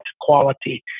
quality